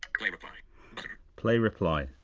play reply play reply.